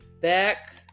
back